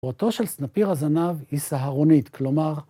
ואותו של סנפיר הזנב היא סהרונית, כלומר...